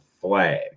flag